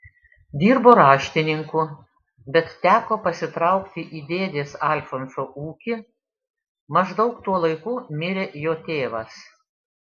dirbo raštininku bet teko pasitraukti į dėdės alfonso ūkį maždaug tuo laiku mirė jo tėvas